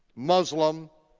muslim.